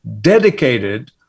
dedicated